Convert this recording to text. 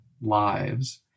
lives